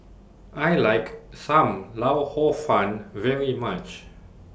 I like SAM Lau Hor Fun very much